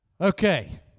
Okay